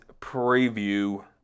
preview